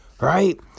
right